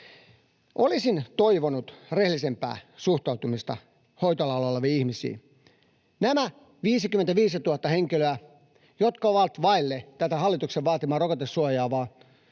Olisin toivonut rehellisempää suhtautumista hoitoalalla oleviin ihmisiin. Nämä 55 000 henkilöä, jotka ovat vailla tätä hallituksen vaatimaa rokotesuojaa,